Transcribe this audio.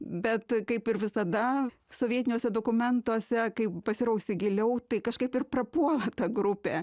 bet kaip ir visada sovietiniuose dokumentuose kaip pasirausi giliau tai kažkaip ir prapuola ta grupė